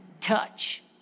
touch